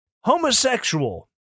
homosexual